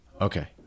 Okay